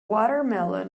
watermelon